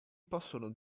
possono